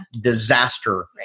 disaster